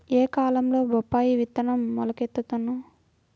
ఏ కాలంలో బొప్పాయి విత్తనం మొలకెత్తును?